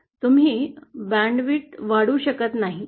तुम्ही बँडची रुंदी वाढवू शकत नाही